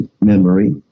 memory